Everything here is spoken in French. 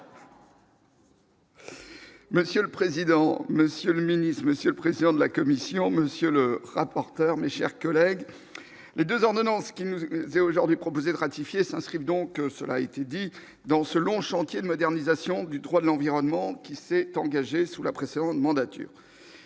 Monsieur le président, Monsieur le Ministre, Monsieur le président de la Commission, monsieur le rapporteur, mes chers collègues, les 2 ordonnances qui nous est aujourd'hui proposé de ratifier s'inscrivent donc cela a été dit dans ce long chantier de modernisation du droit de l'environnement, qui s'est engagé sous la précédente mandature,